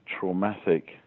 traumatic